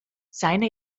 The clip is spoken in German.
seine